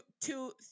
two